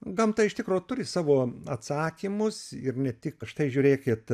gamta iš tikro turi savo atsakymus ir ne tik štai žiūrėkit